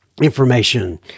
information